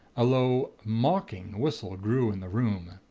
a low, mocking whistle grew in the room.